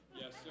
Yes